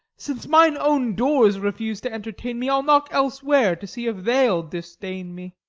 since mine own doors refuse to entertain me, i'll knock elsewhere, to see if they'll disdain me.